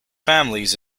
families